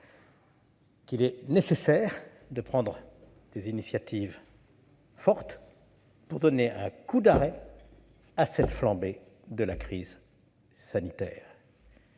pensons nécessaire de prendre des initiatives fortes afin de donner un coup d'arrêt à cette flambée de la crise sanitaire.